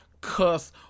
cuss